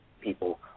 people